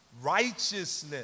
righteousness